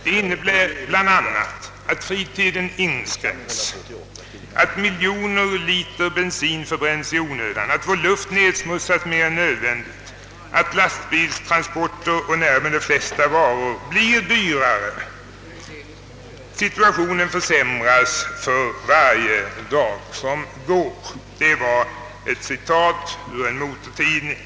Det innebär bl.a. att fritiden inskränks, att miljontals liter bensin förbränns i onödan, att vår luft nedsmutsas mer än nödvändigt, att lastbilstransporter och därmed de flesta varor blir dyrare på grund av allt längre körtider. Situationen försämras för varje dag som går.» Det var som sagt ett citat ur en motortidning.